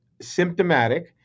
symptomatic